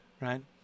right